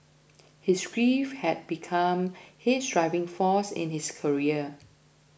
his grief had become his driving force in his career